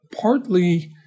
Partly